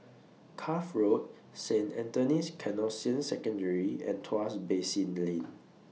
Cuff Road Saint Anthony's Canossian Secondary and Tuas Basin Lane